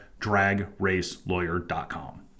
DragRaceLawyer.com